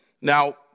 Now